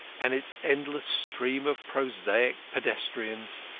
and its endless stream of prosaic pedestrians.